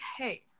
okay